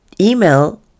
email